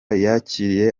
yakiriye